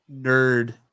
nerd